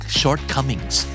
shortcomings